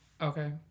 okay